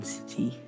City